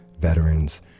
veterans